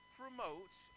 promotes